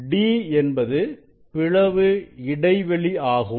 d என்பது பிளவு இடைவெளி ஆகும்